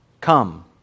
Come